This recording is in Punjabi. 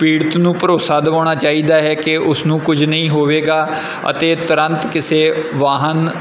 ਪੀੜਤ ਨੂੰ ਭਰੋਸਾ ਦਵਾਉਣਾ ਚਾਹੀਦਾ ਹੈ ਕਿ ਉਸ ਨੂੰ ਕੁਝ ਨਹੀਂ ਹੋਵੇਗਾ ਅਤੇ ਤੁਰੰਤ ਕਿਸੇ ਵਾਹਨ